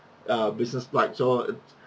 err business flight so